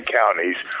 counties